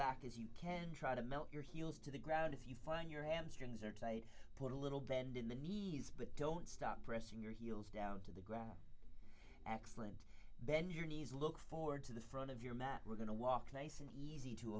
back as you can try to melt your heels to the ground if you find your hamstrings are tight put a little bend in the knees but don't stop pressing your heels down to the ground excellent bend your knees look forward to the front of your mat we're going to walk nice and easy to